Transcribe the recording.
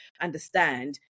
understand